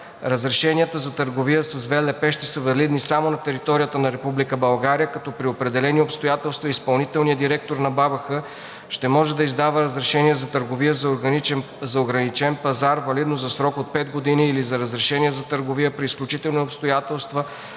Разрешенията за търговия с ВЛП ще са валидни само на територията на Република България, като при определени обстоятелства изпълнителния директор на БАБХ ще може да издава разрешение за търговия за ограничен пазар, валидно за срок от пет години или разрешение за търговия при изключителни обстоятелства